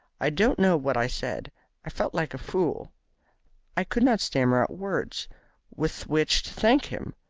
i don't know what i said i felt like a fool i could not stammer out words with which to thank him.